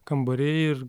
kambariai ir